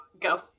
go